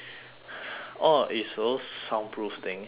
oh is those soundproof thing